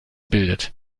bildet